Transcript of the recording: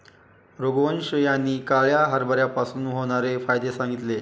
रघुवंश यांनी काळ्या हरभऱ्यापासून होणारे फायदे सांगितले